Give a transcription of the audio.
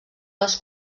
les